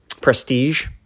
prestige